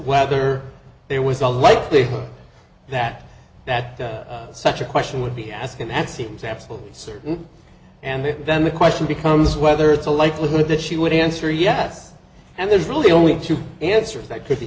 whether there was a likelihood that that such a question would be asking that seems absolutely certain and then the question becomes whether it's a likelihood that she would answer yes and there's really only two answers that c